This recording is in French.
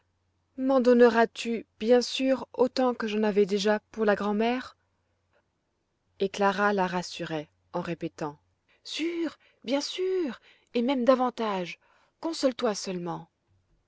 m'en donneras tu bien sûr autant que j'en avais déjà pour la grand'mère et clara la rassurait en répétant sûr bien sûr et même davantage console-toi seulement